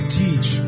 teach